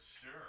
Sure